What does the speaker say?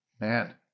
Man